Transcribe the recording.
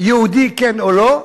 יהודי, כן או לא.